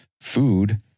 food